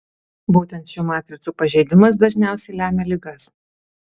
būtent šių matricų pažeidimas dažniausiai lemia ligas